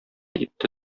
итте